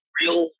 real